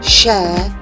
share